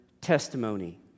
testimony